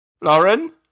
Lauren